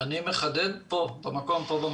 אני מחדד פה במקום.